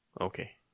Okay